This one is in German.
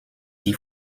die